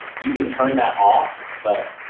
you can turn that off but,